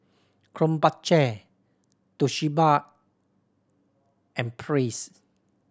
Krombacher Toshiba and Praise